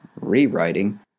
rewriting